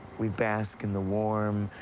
we'd bask in the warm,